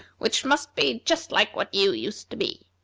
which must be just like what you used to be.